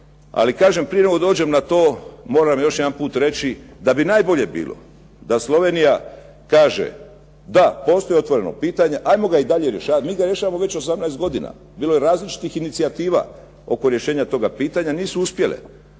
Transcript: Ali kažem, prije nego dođem na to moram još jedan put reći da bi najbolje bilo da Slovenija kaže da postoji otvoreno pitanje, ajmo ga i dalje rješavati. Mi ga rješavamo već 18 godina, bilo je različitih inicijativa oko rješenja toga pitanja, nisu uspjele.